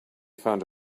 found